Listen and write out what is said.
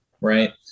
right